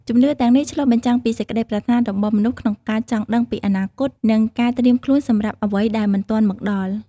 ជំនឿទាំងនេះឆ្លុះបញ្ចាំងពីសេចក្តីប្រាថ្នារបស់មនុស្សក្នុងការចង់ដឹងពីអនាគត និងការត្រៀមខ្លួនសម្រាប់អ្វីដែលមិនទាន់មកដល់។